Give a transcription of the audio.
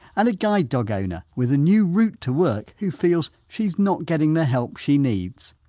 and a guide dog owner with a new route to work who feels she's not getting the help she needs.